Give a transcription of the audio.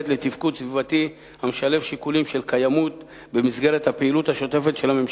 לתפקוד סביבתי המשלב שיקולים של קיימות במסגרת הפעילות השוטפת של הממשלה.